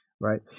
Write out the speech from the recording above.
Right